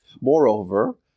Moreover